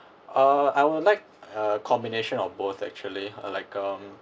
uh I would like a combination of both actually uh like um